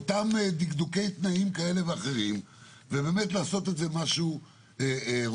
באותם דקדוקי תנאים כאלה ואחרים ובאמת לעשות את זה משהו רוחבי.